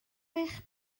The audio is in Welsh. eich